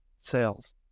sales